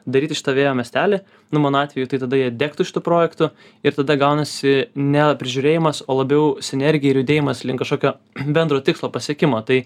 daryti šitą vėjo miestelį nu mano atveju tai tada jie degtų iš tų projektų ir tada gaunasi ne prižiūrėjimas o labiau sinergija ir judėjimas link kažkokio bendro tikslo pasiekimo tai